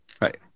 Right